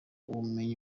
ubumenyi